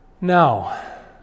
Now